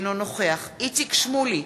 אינו נוכח איציק שמולי,